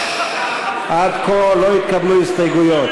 עד כה לא התקבלו הסתייגויות.